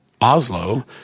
Oslo